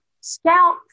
scout